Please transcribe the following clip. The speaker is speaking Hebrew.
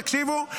תקשיבו,